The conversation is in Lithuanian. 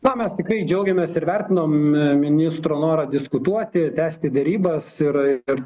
na mes tikrai džiaugiamės ir vertinam ministro norą diskutuoti tęsti derybas ir ir